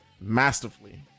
masterfully